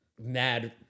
mad